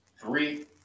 three